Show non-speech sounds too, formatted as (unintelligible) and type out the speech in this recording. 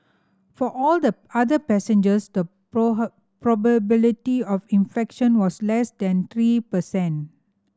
for all the other passengers the (unintelligible) probability of infection was less than three per cent